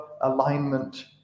alignment